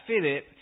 Philip